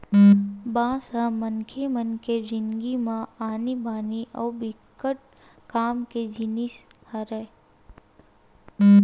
बांस ह मनखे मन के जिनगी म आनी बानी अउ बिकट काम के जिनिस हरय